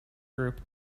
group